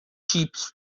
چیپس